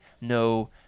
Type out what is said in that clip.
no